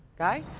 guy?